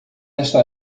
nessa